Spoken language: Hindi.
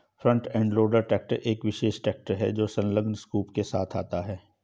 फ्रंट एंड लोडर ट्रैक्टर एक विशेष ट्रैक्टर है जो संलग्न स्कूप के साथ आता है